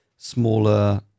smaller